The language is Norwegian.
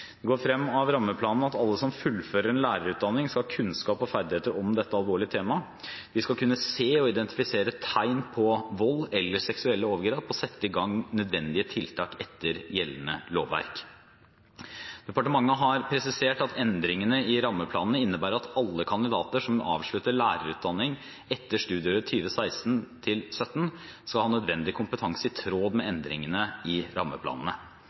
Det går frem av rammeplanene at alle som fullfører en lærerutdanning, skal ha kunnskap om og ferdigheter i dette alvorlige temaet. De skal kunne se og identifisere tegn på vold eller seksuelle overgrep og sette i gang nødvendige tiltak etter gjeldende lovverk. Departementet har presisert at endringene i rammeplanene innebærer at alle kandidater som avslutter lærerutdanning etter studieåret 2016–2017, skal ha nødvendig kompetanse i tråd med endringene i rammeplanene.